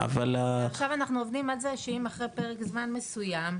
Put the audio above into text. עכשיו אנחנו עובדים על זה שאם עד פרק זמן מסוים,